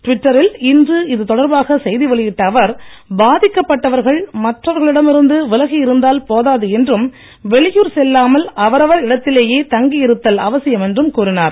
ட்விட்டரில் இன்று இது தொடர்பாக செய்தி வெளியிட்ட அவர் பாதிக்கப் பட்டவர்கள் மற்றவர்களிடம் இருந்து விலகி இருந்தால் போதாது என்றும் வெளியூர் செல்லாமல் அவரவர் இடத்திலேயே தங்கி இருத்தல் அவசியம் என்றும் கூறினார்